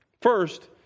First